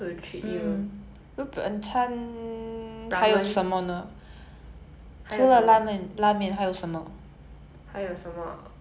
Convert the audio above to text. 还有什么 I don't know I cannot decide I mean you can give me suggestions and I ultimately 我选一个 lah but I need you to give me suggestions